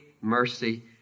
mercy